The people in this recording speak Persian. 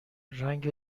رنگ